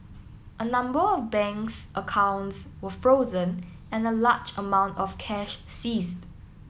a number of banks accounts were frozen and a large amount of cash seized